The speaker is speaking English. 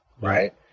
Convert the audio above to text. right